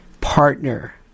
partner